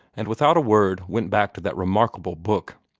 and without a word went back to that remarkable book.